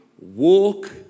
walk